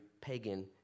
pagan